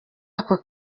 ako